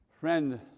Friend